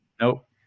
Nope